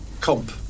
comp